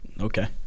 Okay